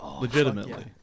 Legitimately